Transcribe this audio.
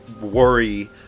worry